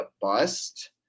bust